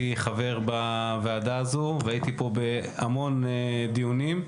חבר בוועדה הזאת והשתתפתי בהרבה דיונים.